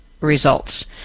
results